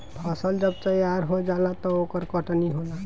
फसल जब तैयार हो जाला त ओकर कटनी होला